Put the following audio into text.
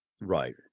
Right